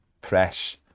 press